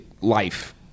life